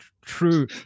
true